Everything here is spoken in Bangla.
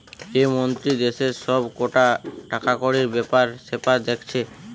যে মন্ত্রী দেশের সব কটা টাকাকড়ির বেপার সেপার দেখছে